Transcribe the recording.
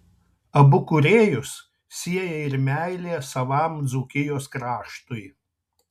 abu kūrėjus sieja ir meilė savam dzūkijos kraštui